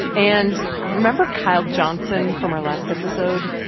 and remember kyle johnson from our last episode?